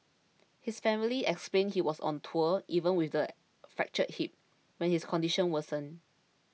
his family explained he was on tour even with the fractured hip when his condition worsened